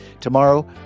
Tomorrow